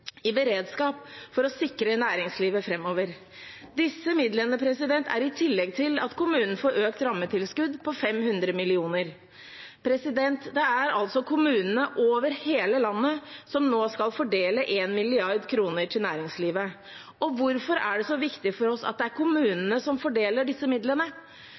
i beredskap for å sikre næringslivet framover. Disse midlene er i tillegg til at kommunene får økt rammetilskudd på 500 mill. kr. Det er kommunene over hele landet som nå skal fordele 1 mrd. kr til næringslivet. Og hvorfor er det så viktig for oss at det er kommunene som fordeler disse midlene?